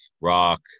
rock